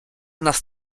nas